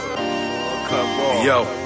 Yo